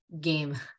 game